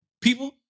People